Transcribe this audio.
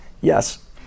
Yes